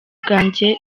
bwanjye